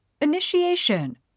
Initiation